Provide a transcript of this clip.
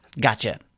Gotcha